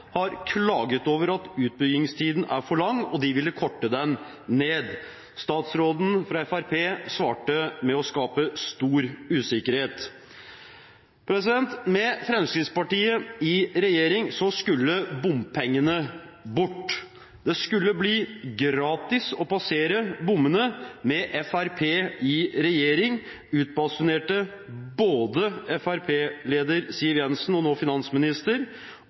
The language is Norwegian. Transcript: har klaget over at utbyggingstiden er for lang – de ville korte den ned. Statsråden fra Fremskrittspartiet svarte med å skape stor usikkerhet. Med Fremskrittspartiet i regjering skulle bompengene bort. Det skulle bli gratis å passere bommene med Fremskrittspartiet i regjering, utbasunerte både Fremskrittspartiets leder Siv Jensen – nå finansminister